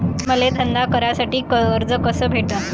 मले धंदा करासाठी कर्ज कस भेटन?